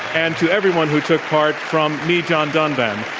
and to everyone who took part, from me, john donvan.